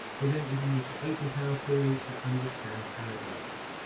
we don't even need to open power query or understand how it works.